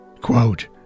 Quote